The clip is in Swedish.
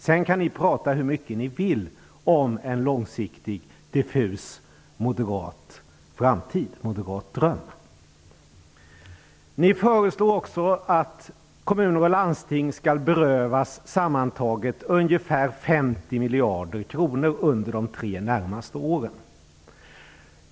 Sedan kan ni prata hur mycket ni vill om en långsiktig diffus moderat framtid - en moderat dröm. Ni föreslår också att kommuner och landsting skall berövas sammantaget ungefär 50 miljarder kronor under de tre närmaste åren.